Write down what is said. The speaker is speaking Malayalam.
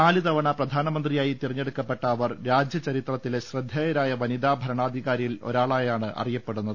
നാല് തവണ പ്രധാനമന്ത്രിയായി തിരഞ്ഞെടുക്കപ്പെട്ട അവർ രാജ്യ ചരിത്രത്തിലെ ശ്രദ്ധേയരായ വനിതാ ഭരണാധി കാരികളിൽ ഒരാളായാണ് അറിയപ്പെടുന്നത്